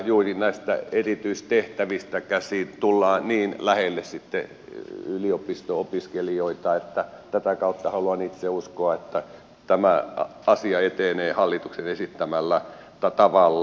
juuri näistä erityistehtävistä käsin tullaan niin lähelle yliopisto opiskelijoita että tätä kautta haluan itse uskoa että tämä asia etenee hallituksen esittämällä tavalla